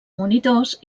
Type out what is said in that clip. monitors